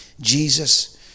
Jesus